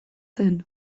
zen